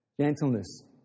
Gentleness